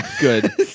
good